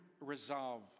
resolve